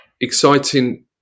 exciting